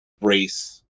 race